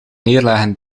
neerleggen